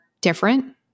different